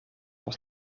was